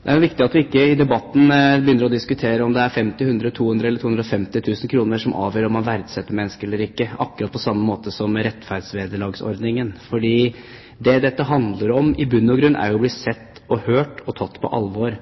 Det er viktig at vi i debatten ikke begynner å diskutere om det er 50 000, 100 000, 200 000 eller 250 000 kr som avgjør om man verdsetter mennesker eller ikke – akkurat på samme måte som ved rettferdsvederlagsordningen. Det dette i bunn og grunn handler om, er å bli sett og hørt og tatt på alvor.